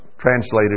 translated